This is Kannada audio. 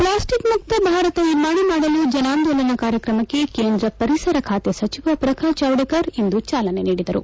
ಪ್ಲಾಸ್ಟಿಕ್ ಮುಕ್ತ ಭಾರತ ನಿರ್ಮಾಣ ಮಾಡಲು ಜನಾಂದೋಲನ ಕಾರ್ಯಕ್ರಮಕ್ಕೆ ಕೇಂದ್ರ ಪರಿಸರ ಖಾತೆ ಸಚಿವ ಪ್ರಕಾಶ್ ಜಾವಡೇಕರ್ ಇಂದು ಚಾಲನೆ ನೀಡಿದರು